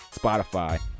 Spotify